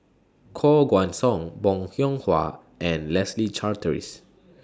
Koh Guan Song Bong Hiong Hwa and Leslie Charteris